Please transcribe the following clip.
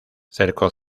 cercó